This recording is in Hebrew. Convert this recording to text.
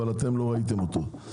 אבל אתם לא ראיתם אותו,